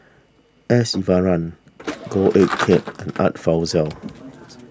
S Iswaran Goh Eck Kheng and Art Fazil